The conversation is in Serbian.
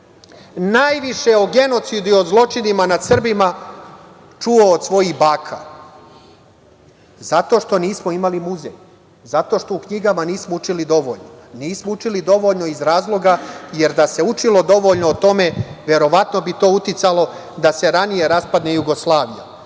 najviše o genocidu i o zločinima nad Srbima čuo od svojih baka zato što nismo imali muzej, zato što u knjigama nismo učili dovoljno. Nismo učili dovoljno iz razloga, jer da se učilo dovoljno o tome, verovatno bi to uticalo da se ranije raspadne Jugoslavija.